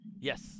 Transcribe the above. Yes